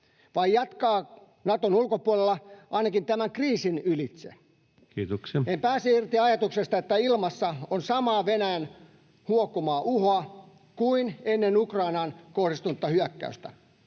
vai jatkaminen Naton ulkopuolella, ainakin tämän kriisin ylitse. [Puhemies: Kiitoksia!] En pääse irti ajatuksesta, että ilmassa on samaa Venäjän huokumaa uhoa kuin ennen Ukrainaan kohdistunutta hyökkäystä.